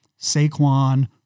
Saquon